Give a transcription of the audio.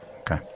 Okay